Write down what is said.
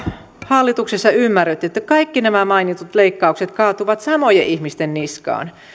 hallituksessa ymmärretty että kaikki nämä mainitut leikkaukset kaatuvat samojen ihmisten niskaan